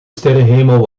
sterrenhemel